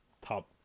top